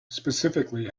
specifically